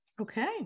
Okay